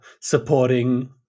supporting